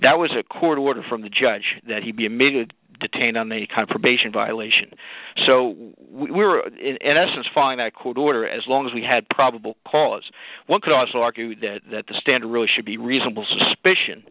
that was a court order from the judge that he be admitted detained on the kind of probation violation so we were in essence find out a court order as long as we had probable cause one causal argued that the standard really should be reasonable suspicion